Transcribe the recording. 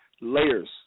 layers